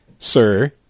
sir